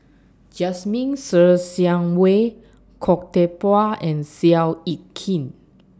Jasmine Ser Xiang Wei Khoo Teck Puat and Seow Yit Kin